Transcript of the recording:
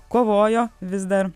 kovojo vis dar